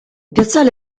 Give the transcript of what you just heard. piazzale